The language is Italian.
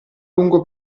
lungo